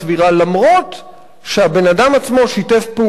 אף שהבן-אדם עצמו שיתף פעולה,